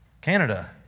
Canada